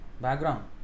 background